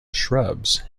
shrubs